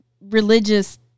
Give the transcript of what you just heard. religious